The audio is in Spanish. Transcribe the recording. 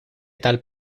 tal